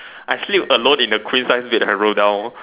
I sleep alone in the queen size bed I roll down